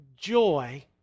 joy